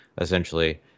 essentially